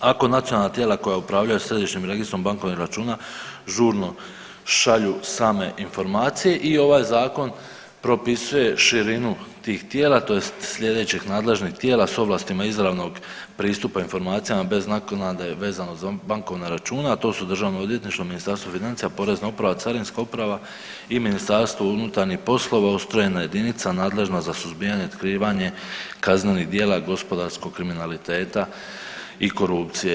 Ako nacionalna tijela koja upravljaju središnjim registrom bankovnih računa žurno šalju same informacije i ovaj zakon propisuje širinu tih tijela, tj. sljedećih nadležnih tijela sa ovlastima izravnog pristupa informacijama bez naknade vezano za bankovne račune a to su Državno odvjetništvo, Ministarstvo financija, Porezna uprava, Carinska uprava i ministarstvo unutarnjih poslova ustrojena jedinica nadležna za suzbijanje i otkrivanje kaznenih djela gospodarskog kriminaliteta i korupcije.